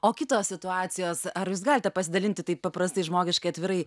o kitos situacijos ar jūs galite pasidalinti taip paprastai žmogiškai atvirai